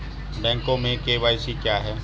Bank में KYC क्या है?